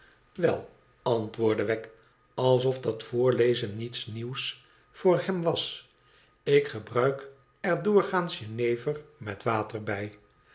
wel antwoordde wegg alsof dat voorlezen niets nieuws voor hem was ik gebruik er doorgaans jenever met water bij